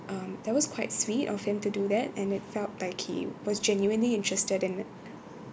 um that was quite sweet of him to do that and it felt like he was genuinely interested in